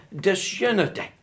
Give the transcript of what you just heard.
disunity